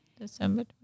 December